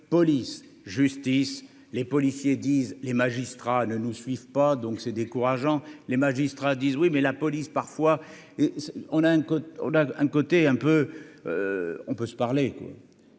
police, justice, les policiers disent les magistrats ne nous suivent pas donc c'est décourageant les magistrats disent oui mais la police parfois, et on a un côté, on a un côté un peu, on peut se parler,